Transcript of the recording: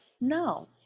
No